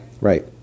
Right